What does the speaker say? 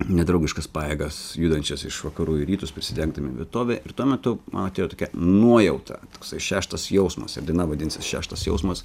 nedraugiškas pajėgas judančias iš vakarų į rytus prisidengdami vietove ir tuo metu man atėjo tokia nuojauta toksai šeštas jausmas ir daina vadinsis šeštas jausmas